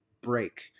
break